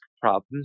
problems